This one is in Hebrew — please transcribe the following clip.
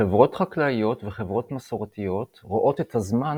חברות חקלאיות וחברות מסורתיות רואות את הזמן